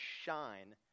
shine